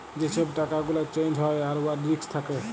যে ছব টাকা গুলা চ্যাঞ্জ হ্যয় আর উয়ার রিস্ক থ্যাকে